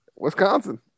Wisconsin